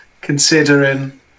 considering